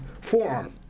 forearm